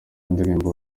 indirimbo